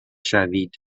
شوید